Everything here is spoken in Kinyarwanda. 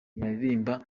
yaririmba